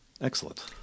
Excellent